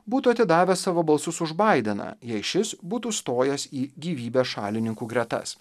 būtų atidavę savo balsus už baideną jei šis būtų stojęs į gyvybės šalininkų gretas